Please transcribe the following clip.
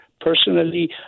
personally